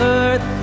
earth